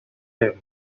him